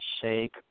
shake